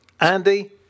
andy